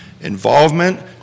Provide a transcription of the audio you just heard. involvement